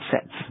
sets